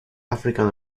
african